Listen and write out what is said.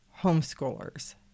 homeschoolers